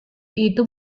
itu